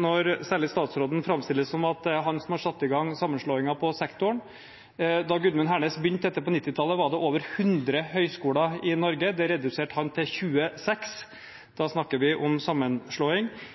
når særlig statsråden framstiller det som om det er han som har satt i gang sammenslåingen på sektoren. Da Gudmund Hernes begynte dette på 1990-tallet, var det over 100 høyskoler i Norge. Det reduserte han til 26.